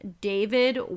David